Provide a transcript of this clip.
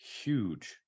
huge